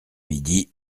midi